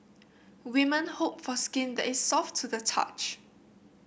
women hope for skin that is soft to the touch